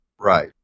Right